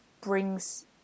brings